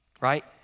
right